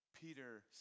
Peter